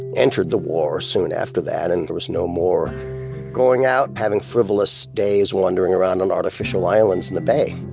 entered the war soon after that. and there was no more going out, having frivolous days wandering around on artificial islands in the bay.